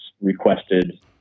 requested